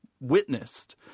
witnessed